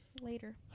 Later